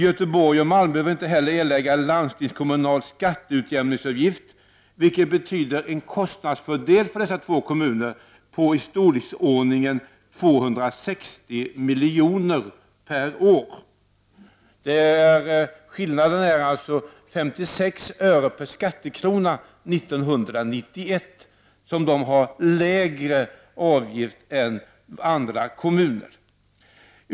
Göteborg och Malmö behöver inte heller erlägga landstingskommunal skatteutjämningsavgift, vilket betyder en kostnadsfördel för dessa två kommuner på i storleksordningen 260 milj.kr. per år. Skillnaden är alltså en lägre avgift med 56 öre per skattekrona 1991 jämfört med andra kommuner.